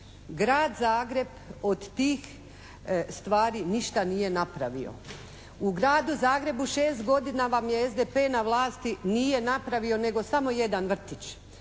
Grad Zagreb od tih stvari ništa nije napravio. U Gradu Zagrebu 6 godina vam je SDP na vlasti nije napravio nego samo jedan vrtić.